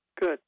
Good